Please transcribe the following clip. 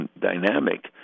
dynamic